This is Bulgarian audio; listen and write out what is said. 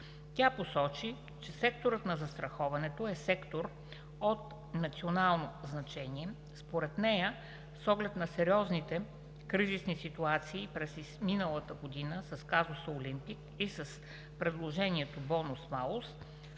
Тя посочи, че секторът на застраховането е сектор от национално значение. Според нея с оглед на сериозните кризисни ситуации през изминалата година с казуса „Олимпик“ и с предложението „бонус-малус“